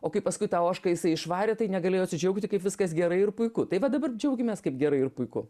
o kai paskui tą ožką jisai išvarė tai negalėjo atsidžiaugti kaip viskas gerai ir puiku tai va dabar džiaugiamės kaip gerai ir puiku